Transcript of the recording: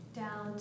down